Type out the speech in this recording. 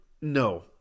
no